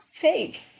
Fake